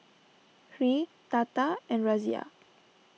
Hri Tata and Razia